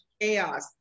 chaos